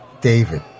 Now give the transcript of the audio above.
David